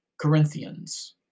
Corinthians